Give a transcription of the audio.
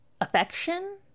Affection